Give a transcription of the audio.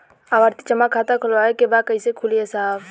आवर्ती जमा खाता खोलवावे के बा कईसे खुली ए साहब?